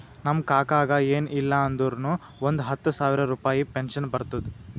ನಮ್ ಕಾಕಾಗ ಎನ್ ಇಲ್ಲ ಅಂದುರ್ನು ಒಂದ್ ಹತ್ತ ಸಾವಿರ ರುಪಾಯಿ ಪೆನ್ಷನ್ ಬರ್ತುದ್